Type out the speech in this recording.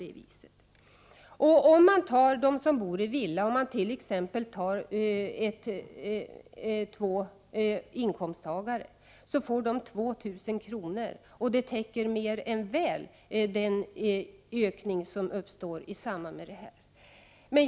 Låt mig som exempel ta två inkomsttagare som bor i villa och som får 2 000 kr. Det täcker mer än väl den utgiftsökning som uppstår i samband med skattereduktionen.